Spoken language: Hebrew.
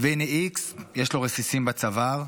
והינה x, יש לו רסיסים בצוואר,